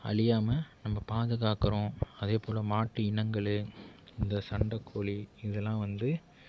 அழியாமல் நம்ம பாதுகாக்கிறோம் அதே போல் மாட்டு இனங்கள் இந்த சண்டைக்கோழி இதெல்லாம் வந்து